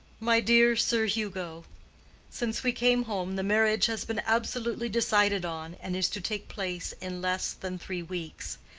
my dear sir hugo since we came home the marriage has been absolutely decided on, and is to take place in less than three weeks.